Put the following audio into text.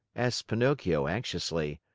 asked pinocchio anxiously.